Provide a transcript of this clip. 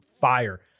fire